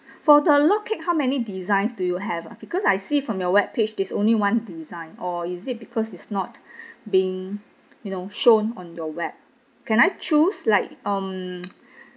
for the log cake how many designs do you have ah because I see from your web page is only one design or is it because is not being you know shown on your web can I choose like um